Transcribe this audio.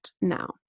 now